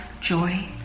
joy